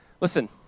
Listen